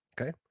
okay